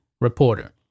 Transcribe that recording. reporter